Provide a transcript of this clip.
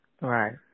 Right